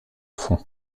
fond